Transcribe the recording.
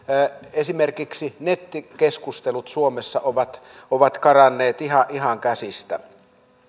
esimerkiksi nettikeskustelut suomessa ovat ovat karanneet ihan ihan käsistä